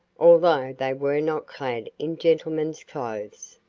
although they were not clad in gentlemen's clothes.